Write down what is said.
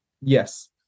Yes